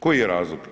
Koji je razlog?